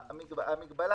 המגבלה